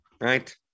right